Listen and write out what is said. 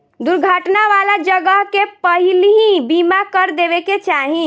दुर्घटना वाला जगह के पहिलही बीमा कर देवे के चाही